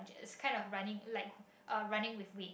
is kind of running like uh running with weight